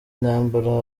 ntambara